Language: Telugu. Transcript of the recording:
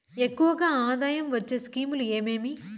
ఎక్కువగా ఆదాయం వచ్చే స్కీమ్ లు ఏమేమీ?